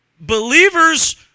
believers